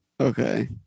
Okay